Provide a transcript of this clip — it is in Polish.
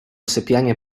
sypianie